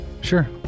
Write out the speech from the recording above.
Sure